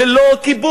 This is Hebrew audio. זה לא כיבוש,